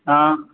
हँ